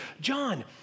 John